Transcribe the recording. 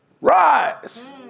rise